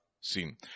seen